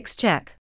check